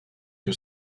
que